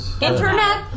Internet